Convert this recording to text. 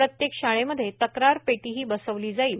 प्रत्येक शाळेमध्ये तक्रार पेटीही बसवली जाईल